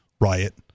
riot